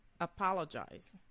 Apologize